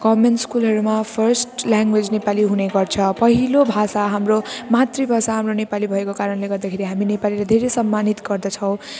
government स्कुलहरूमा first language Nepali हुने गर्छ पहिलो भाषा हाम्रो मातृभाषा हाम्रो नेपाली भएको कारणले गर्दाखेरि हामी नेपालीले धेरै सम्मानित गर्दछौँ